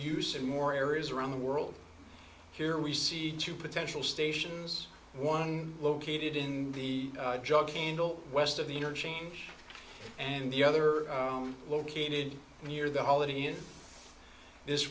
use in more areas around the world here we see two potential stations one located in the jughandle west of the interchange and the other on located near the holiday inn this